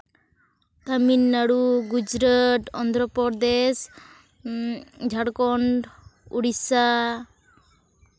Tamil Nadu Gujarat Andhra Pradesh Jharkhand Odisha